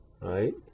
right